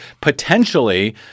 potentially